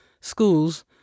schools